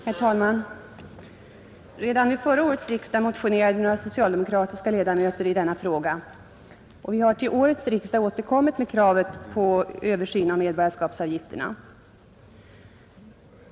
Herr talman! Vid förra årets riksdag motionerade några socialdemokratiska ledamöter i denna fråga, och vi har i årets riksdag återkommit med kravet på översyn av medborgarskapsavgifterna.